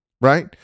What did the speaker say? right